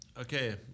Okay